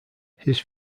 his